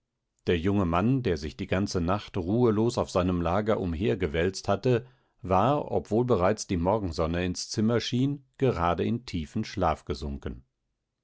der junge mann der sich die ganze nacht ruhelos auf seinem lager umhergewälzt hatte war obwohl bereits die morgensonne ins zimmer schien gerade in tiefen schlaf gesunken